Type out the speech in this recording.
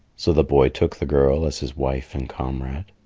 so the boy took the girl as his wife and comrade.